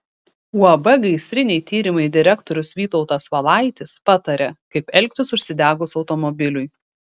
uab gaisriniai tyrimai direktorius vytautas valaitis pataria kaip elgtis užsidegus automobiliui